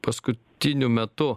paskutiniu metu